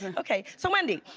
and okay, so wendy,